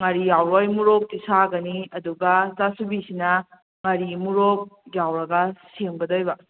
ꯉꯥꯔꯤ ꯌꯥꯎꯔꯣꯏ ꯃꯣꯔꯣꯛꯇꯤ ꯁꯥꯒꯅꯤ ꯑꯗꯨꯒ ꯆꯥꯁꯨꯕꯤꯁꯤꯅ ꯉꯥꯔꯤ ꯃꯣꯔꯣꯛ ꯌꯥꯎꯔꯒ ꯁꯦꯝꯒꯗꯣꯏꯕ